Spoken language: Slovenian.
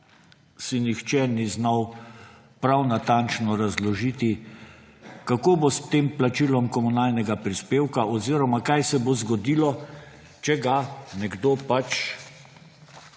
si nihče ni znal prav natančno razložiti, kako bo s tem plačilom komunalnega prispevka oziroma kaj se bo zgodilo, če ga nekdo pač